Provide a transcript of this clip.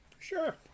Sure